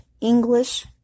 English